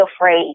afraid